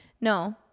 no